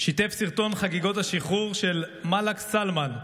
שיתף את סרטון חגיגות השחרור של מלק סלמאן,